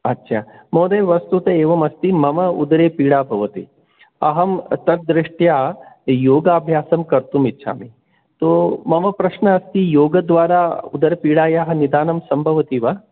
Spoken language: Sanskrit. अच्छा महोदय वस्तुतः एवम् अस्ति मम उदरे पीडा भवति अहं तद् दृष्ट्या योगाभ्यासं कर्तुम् इच्छामि तु मम प्रश्न अस्ति योगद्वारा उदरपीडायाः निदानं सम्भवति वा